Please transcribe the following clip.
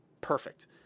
perfect